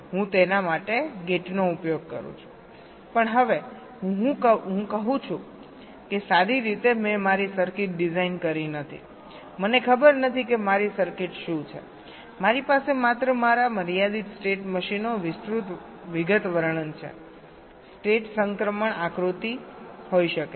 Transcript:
હું તેના માટે ગેટનો ઉપયોગ કરું છું પણ હવે હું કહું છું કે સારી રીતે મેં મારી સર્કિટ ડિઝાઇન કરી નથી મને ખબર નથી કે મારી સર્કિટ શું છે મારી પાસે માત્ર મારા મર્યાદિત સ્ટેટ મશીનો વિસ્તૃત વિગતવર્ણન છે સ્ટેટ સંક્રમણ આકૃતિ હોઈ શકે છે